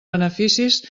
beneficis